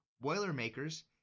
Boilermakers